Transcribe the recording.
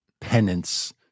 penance